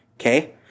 Okay